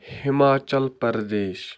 Himachal Pradesh